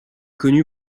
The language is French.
connue